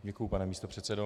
Děkuji, pane místopředsedo.